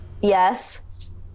Yes